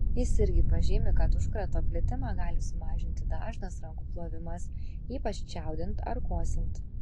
jis irgi pažymi kad užkrato plitimą gali sumažinti dažnas rankų plovimas ypač čiaudint ar kosint